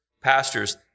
pastors